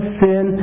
sin